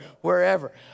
wherever